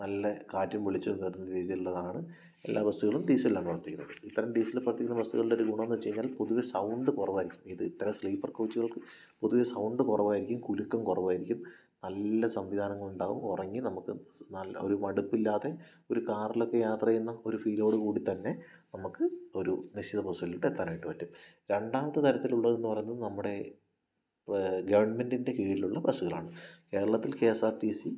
നല്ല കാറ്റും വെളിച്ചവും കയറുന്ന രീതിയിലുള്ളതാണ് എല്ലാ ബസ്സുകളും ഡീസലിലാണ് പ്രവർത്തിക്കുന്നത് ഇത്തരം ഡീസലിൽ പ്രവർത്തിക്കുന്ന ബസ്സുകളുടെ ഒരു ഗുണമെന്ന് വച്ചു കഴിഞ്ഞാൽ പൊതുവേ സൗണ്ട് കുറവായിരിക്കും ഇത് ഇത്തരം സ്ലീപ്പർ കോച്ചുകൾക്ക് പൊതുവേ സൗണ്ട് കുറവായിരിക്കും കുലുക്കം കുറവായിരിക്കും നല്ല സംവിധാനങ്ങളുണ്ടാവും ഉറങ്ങി നമുക്ക് നല്ല ഒരു മടുപ്പില്ലാതെ ഒരു കാറിലൊക്കെ യാത്ര ചെയ്യുന്ന ഒരു ഫീലോടുകൂടിത്തന്നെ നമുക്ക് ഒരു നിശ്ചിത പൊസിഷനിലോട്ടെത്താനായിട്ട് പറ്റും രണ്ടാമത്തെ തരത്തിലുള്ളതെന്ന് പറയുന്നത് നമ്മുടെ ഗവൺമെൻ്റിൻ്റെ കീഴിലുള്ള ബസ്സുകളാണ് കേരളത്തിൽ K S R T C